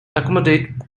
accommodate